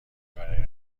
برای